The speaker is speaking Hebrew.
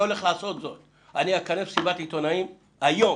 אבל אני אומר לך שאני אכנס מסיבת עיתונאים היום